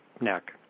neck